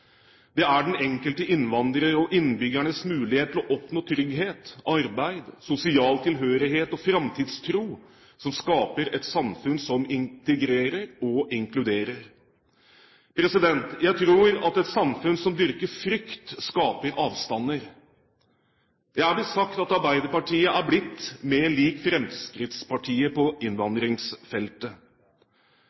Det er den enkelte innvandrer og innbyggernes mulighet til å oppnå trygghet, arbeid, sosial tilhørighet og framtidstro som skaper et samfunn som integrerer og inkluderer. Jeg tror at et samfunn som dyrker frykt, skaper avstander. Det er blitt sagt at Arbeiderpartiet er blitt mer lik Fremskrittspartiet på innvandringsfeltet.